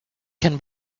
can